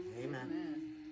Amen